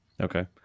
Okay